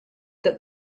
that